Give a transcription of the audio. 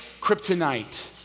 kryptonite